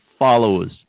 followers